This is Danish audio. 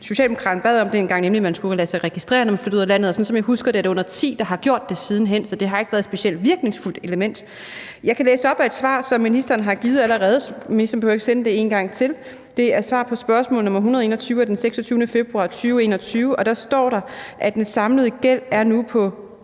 Socialdemokraterne bad om dengang, nemlig at man skulle lade sig registrere, når man flyttede ud af landet, og sådan som jeg husker det, er det under ti, der har gjort det siden hen. Så det har jo ikke været et specielt virkningsfuldt element. Jeg kan læse op af et svar, som ministeren allerede har givet – ministeren behøver ikke at sende det en gang til – og det er svaret på spørgsmål nr. 121 af den 26. februar 2021, og der står der, at den samlede gæld nu er på